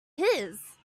his